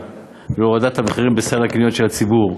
ולהורדת המחירים בסל הקניות של הציבור.